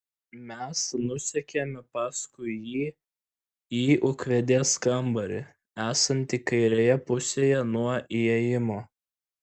mes nusekėme paskui jį į ūkvedės kambarį esantį kairėje pusėje nuo įėjimo